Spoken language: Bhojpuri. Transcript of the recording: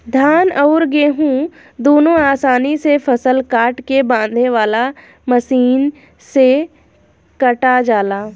धान अउर गेंहू दुनों आसानी से फसल काट के बांधे वाला मशीन से कटा जाला